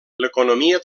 l’economia